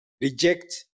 reject